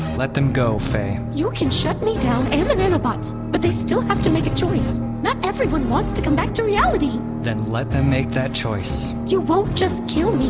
let them go, faye you can shut me down and the nanobots, but they still have to make a choice. not everyone wants to come back to reality then let them make that choice you won't just kill me,